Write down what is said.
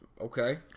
Okay